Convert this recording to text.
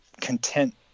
content